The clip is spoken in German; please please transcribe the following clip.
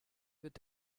wird